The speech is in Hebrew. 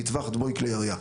מטווח דמוי כלי ירייה.